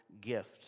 gift